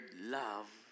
love